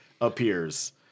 appears